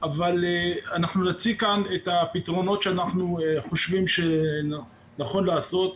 אבל נציג כאן את הפתרונות שאנחנו חושבים שנכון לעשות.